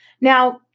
Now